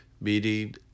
meeting